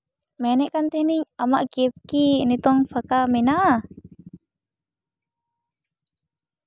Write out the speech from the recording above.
ᱢᱮᱱᱮᱛ ᱛᱟᱦᱮᱱᱤᱧ ᱟᱢᱟᱜ ᱠᱮᱵ ᱠᱤ ᱱᱤᱛᱳᱝ ᱯᱷᱟᱸᱠᱟ ᱢᱮᱱᱟᱜᱼᱟ